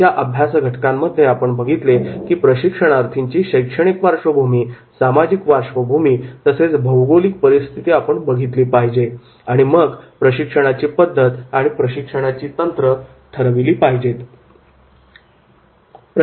मागच्या अभ्यास घटकांमध्ये आपण बघितले की प्रशिक्षणार्थींची शैक्षणिक पार्श्वभूमी सामाजिक पार्श्वभूमी तसेच भौगोलिक परिस्थिती आपण बघितली पाहिजे आणि मग प्रशिक्षणाची पद्धत आणि प्रशिक्षणाची तंत्र ठरविली पाहिजेत